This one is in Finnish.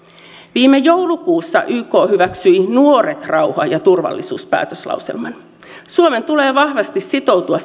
viime joulukuussa yk hyväksyi nuoret rauha ja turvallisuus päätöslauselman suomen tulee vahvasti sitoutua